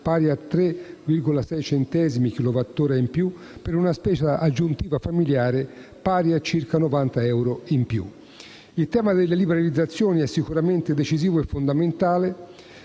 pari a 3,6 centesimi/kilowattora in più, per una spesa aggiuntiva familiare pari a circa 90 euro in più. Il tema delle liberalizzazioni è sicuramente decisivo e fondamentale,